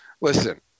Listen